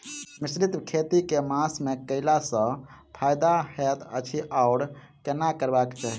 मिश्रित खेती केँ मास मे कैला सँ फायदा हएत अछि आओर केना करबाक चाहि?